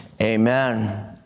Amen